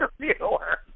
interviewer